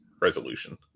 resolution